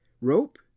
rope